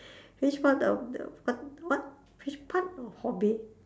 which part of the what what which part of hobby